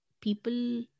people